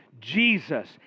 Jesus